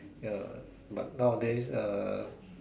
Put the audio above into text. ya but nowadays uh